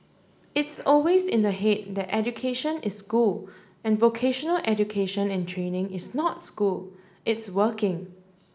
it's always in the head that education is school and vocational education and training is not school it's working